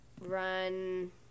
run